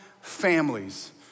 families